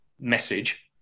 message